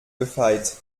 gefeit